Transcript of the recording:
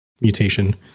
mutation